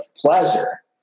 pleasure